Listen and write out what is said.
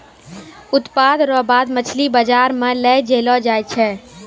उत्पादन रो बाद मछली बाजार मे लै जैलो जाय छै